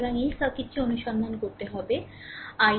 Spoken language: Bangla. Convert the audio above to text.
সুতরাং এই সার্কিটটি অনুসন্ধান করতে হবে i2